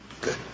Good